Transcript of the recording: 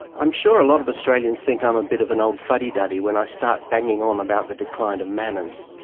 i'm sure a lot of australians think i'm a bit of an old fuddy-duddy when i start banging on about the decline of manners.